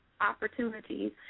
opportunities